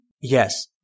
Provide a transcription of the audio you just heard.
Yes